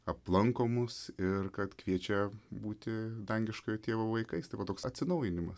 aplanko mus ir kad kviečia būti dangiškojo tėvo vaikais tai va toks atsinaujinimas